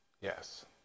Yes